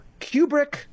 Kubrick